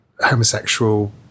homosexual